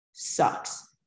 sucks